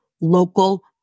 local